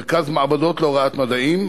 מרכז מעבדות להוראת מדעים.